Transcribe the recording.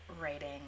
writing